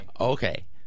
Okay